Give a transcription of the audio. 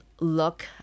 look